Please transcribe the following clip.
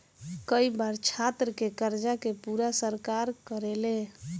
कई बार छात्र के कर्जा के पूरा सरकार करेले